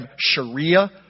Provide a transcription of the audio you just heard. Sharia